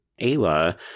Ayla